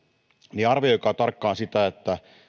niin arvioikaa tarkkaan sitä